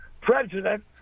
president